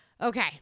Okay